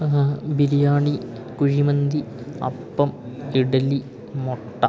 അത് ബിരിയാണി കുഴിമന്തി അപ്പം ഇഡ്ഡലി മൊട്ട